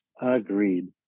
Agreed